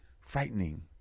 frightening